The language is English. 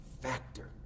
factor